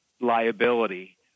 liability